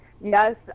Yes